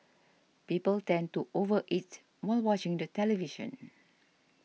people tend to over eat while watching the television